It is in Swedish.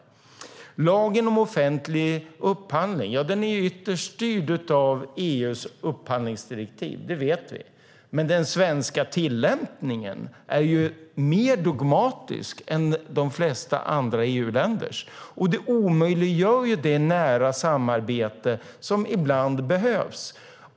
När det gäller lagen om offentlig upphandling är den ytterst styrd av EU:s upphandlingsdirektiv. Det vet vi. Men den svenska tillämpningen är mer dogmatisk än de flesta andra EU-länders, och det omöjliggör det nära samarbete som ibland behövs.